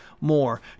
more